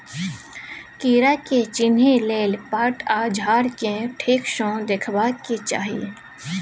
कीड़ा के चिन्हे लेल पात आ झाड़ केँ ठीक सँ देखबाक चाहीं